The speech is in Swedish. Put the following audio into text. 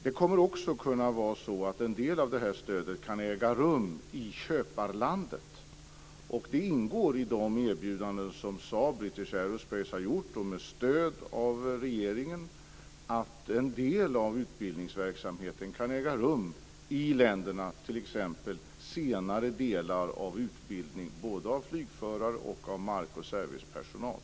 Det kommer också att vara så att en del av stödet kan äga rum i köparlandet. Det ingår i de erbjudanden som Saab och British Aerospace har gjort och med stöd av regeringen, att en del av utbildningsverksamheten kan äga rum i länderna, t.ex. senare delar av utbildning av både flygförare och mark och servicepersonal.